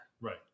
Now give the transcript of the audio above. Right